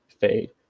fade